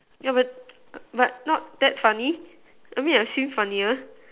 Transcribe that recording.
yeah but but not that funny I mean I've seen funnier